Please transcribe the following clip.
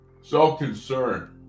self-concern